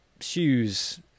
shoes